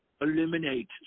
eliminate